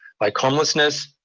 like homelessness,